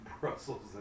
Brussels